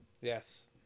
yes